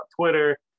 twitter